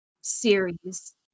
series